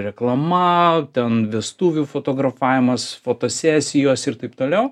reklama ten vestuvių fotografavimas fotosesijos ir taip toliau